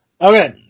Okay